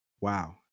Wow